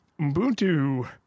Ubuntu